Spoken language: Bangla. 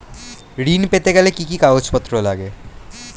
ঋণ পেতে গেলে কি কি কাগজপত্র লাগে?